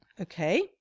Okay